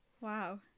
Wow